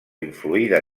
influïda